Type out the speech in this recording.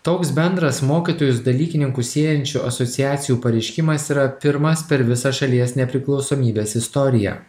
toks bendras mokytojus dalykininkus siejančių asociacijų pareiškimas yra pirmas per visą šalies nepriklausomybės istoriją